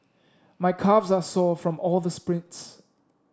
my calves are sore from all the sprints